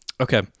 Okay